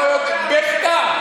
בכתב?